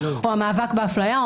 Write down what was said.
או "המאבק באפליה",